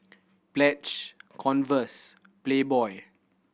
Pledge Converse Playboy